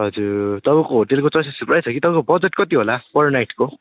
हजुर तपाईँको होटेलको च्वइस त थुप्रै छ कि तपाईँको बजट कति होला पर नाइटको